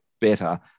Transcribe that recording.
better